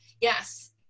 yes